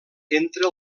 entre